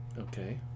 Okay